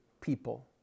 people